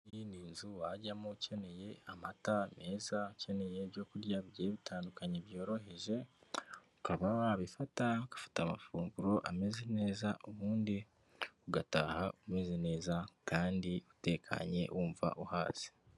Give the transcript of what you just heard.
Iyi ni inzu wajyamo ukeneye amata meza, ukeneye ibyo kurya bitandukanye byoroheje, ukaba wabifata ugafata amafunguro ameze neza ubundi ugataha umeze neza kandi utekanye wumva uhaze.